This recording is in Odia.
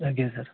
ଆଜ୍ଞା ସାର୍